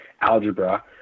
algebra